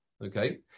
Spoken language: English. Okay